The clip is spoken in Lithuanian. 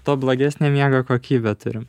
tuo blogesnę miego kokybę turim